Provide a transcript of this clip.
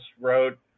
wrote